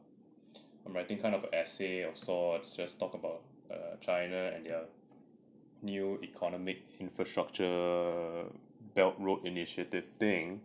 and I'm writing kind of an essay of sorts just talking about china and their new economic infrastructure belt road initiative thing